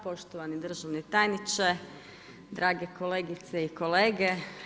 Poštovani državni tajniče, drage kolegice i kolege.